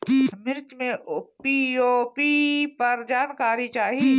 मिर्च मे पी.ओ.पी पर जानकारी चाही?